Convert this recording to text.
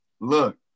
Look